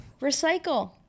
Recycle